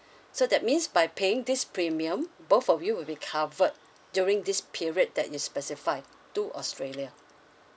so that means by paying this premium both of you will be covered during this period that you specify to australia